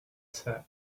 said